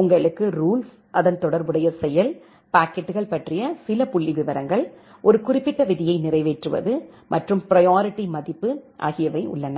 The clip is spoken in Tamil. உங்களுக்கு ரூல்ஸு அதன் தொடர்புடைய செயல் பாக்கெட்டுகள் பற்றிய சில புள்ளிவிவரங்கள் ஒரு குறிப்பிட்ட விதியை நிறைவேற்றுவது மற்றும் பிராயரிட்டி மதிப்பு ஆகியவை உள்ளன